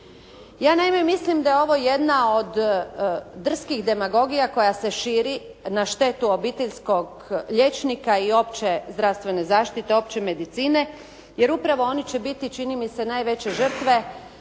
Ja naime, mislim da je ovo jedna od drskih demagogija koja se širi na štetu obiteljskog liječnika i opće zdravstvene zaštite i opće medicine. Jer upravo oni će biti čini mi se najveće žrtve